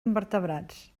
invertebrats